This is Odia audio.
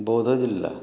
ବୌଦ୍ଧ ଜିଲ୍ଲା